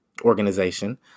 organization